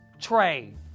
Trade